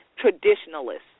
traditionalists